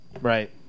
right